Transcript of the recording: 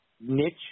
niche